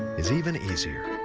is even easier.